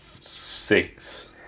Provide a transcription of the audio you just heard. six